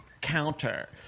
counter